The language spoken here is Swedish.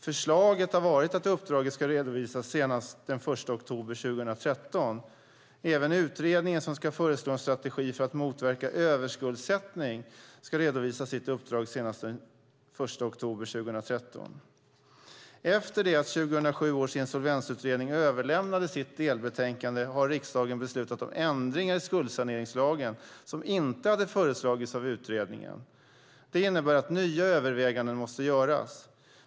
Förslaget har varit att uppdraget ska redovisas senast den 1 oktober 2013. Även utredningen som ska föreslå en strategi för att motverka överskuldsättning ska redovisa sitt uppdrag senast den 1 oktober 2013. Efter det att 2007 års insolvensutredning överlämnade sitt delbetänkande har riksdagen beslutat om ändringar i skuldsaneringslagen som inte hade föreslagits av utredningen. Det innebär att nya överväganden måste göras.